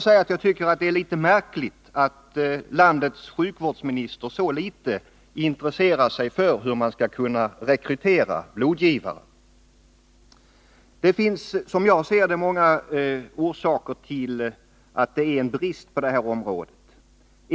Jag tycker att det är märkligt att landets sjukvårdsminister så litet intresserar sig för hur man skall kunna rekrytera blodgivare. Det finns, som jag ser det, många orsaker till att det är en brist på det här området.